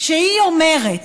שהיא אומרת